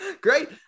Great